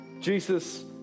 Jesus